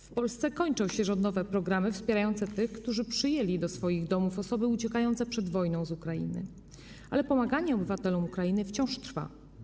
W Polsce kończą się rządowe programy wspierające tych, którzy przyjęli do swoich domów osoby uciekające przed wojną z Ukrainy, ale pomaganie obywatelom Ukrainy wciąż trwa.